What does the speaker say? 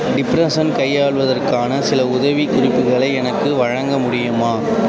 depression கையாள்வதற்கான சில உதவிக்குறிப்புகளை எனக்கு வழங்க முடியுமா